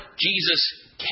Jesus